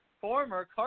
former